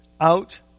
out